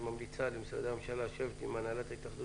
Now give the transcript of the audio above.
היא ממליצה למשרדי הממשלה לשבת עם הנהלת התאחדות